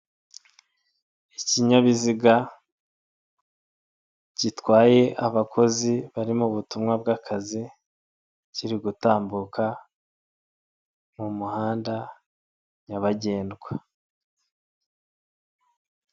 Ikinyabiziga gitwaye abakozi bari mu butumwa bw'akazi kiri gutambuka mu muhanda nyabagendwa.